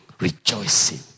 rejoicing